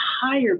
higher